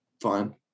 fine